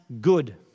good